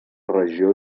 regió